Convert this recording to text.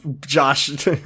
josh